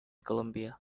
columbia